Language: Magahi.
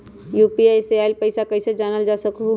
यू.पी.आई से आईल पैसा कईसे जानल जा सकहु?